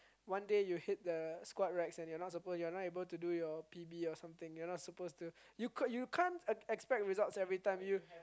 one day you hate the squad rights and you are not supposed you are not able to do your P_B or something you are not supposed to you could you can't ex~ expect results every time you